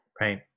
Right